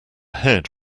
head